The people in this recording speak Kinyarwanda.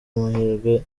amahirwe